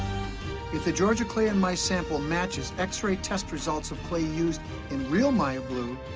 if the georgia clay in my sample matches x-ray test results of clay used in real maya blue,